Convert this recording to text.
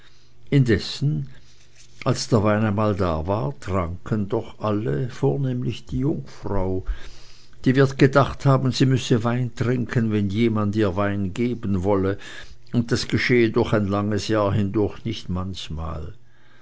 indessen als der wein einmal da war tranken doch alle vornehmlich die jungfrau die wird gedacht haben sie müsse wein trinken wenn jemand ihr wein geben wolle und das geschehe durch ein langes jahr durch nicht manchmal